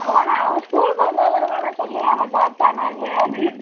அதுதான் நான் அவன் ஸ்கூலுக்கு வந்தாதானே மேம் நான் சொல்லுவேன் அவன் சாப்பிட்டானா இல்லையான்னு